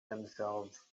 themselves